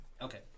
Okay